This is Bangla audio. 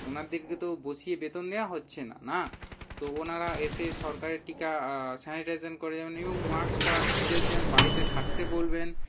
ওনাদেরকে তো বসিয়ে বেতন দেওয়া হচ্ছে না না তো ওনারা এসে সরকারের টিকা স্যানিটাইজেশন করে যাবেন এবং মাস্ক পরার নির্দেশ দেবেন বাড়িতে থাকতে বলবেন